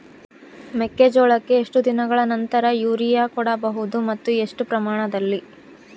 ಮೆಕ್ಕೆಜೋಳಕ್ಕೆ ಎಷ್ಟು ದಿನಗಳ ನಂತರ ಯೂರಿಯಾ ಕೊಡಬಹುದು ಮತ್ತು ಎಷ್ಟು ಪ್ರಮಾಣದಲ್ಲಿ?